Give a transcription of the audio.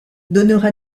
donnera